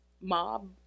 Mob